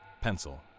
Pencil